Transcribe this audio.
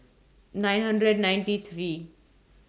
nine hundred and ninety three